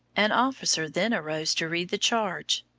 an officer then arose to read the charge.